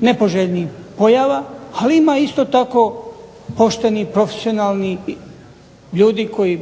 nepoželjnih pojava ali ima isto tako profesionalnih, poštenih ljudi koji